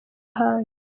ahandi